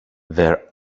there